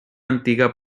antiga